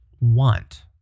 want